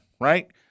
right